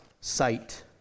sight